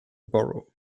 borough